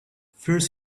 first